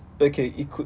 Okay